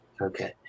Okay